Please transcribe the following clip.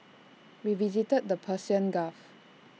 we visited the Persian gulf